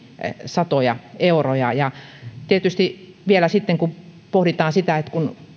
satoja euroja tietysti vielä voidaan pohtia sitä että kun